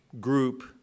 group